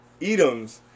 Edoms